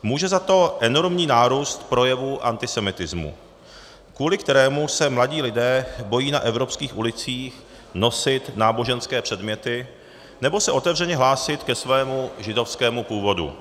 Může za to enormní nárůst projevů antisemitismu, kvůli kterému se mladí lidé bojí na evropských ulicích nosit náboženské předměty nebo se otevřeně hlásit ke svému židovskému původu.